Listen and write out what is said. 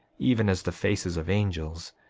even as the faces of angels.